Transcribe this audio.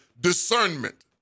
discernment